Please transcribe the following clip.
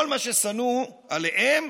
כל מה ששנוא עליה,